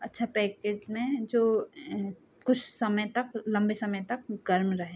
अच्छा पैकेट में जो कुछ समय तक लंबे समय तक गर्म रहे